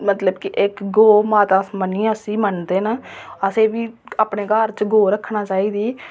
मतलब की इक्क गौ माता मन्नियै उसी मनदे न ते असें बी अपने घर च गौऽ रक्खना चाहिदी